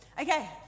okay